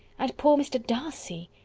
and poor mr. darcy!